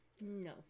No